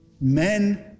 Men